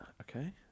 Okay